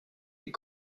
est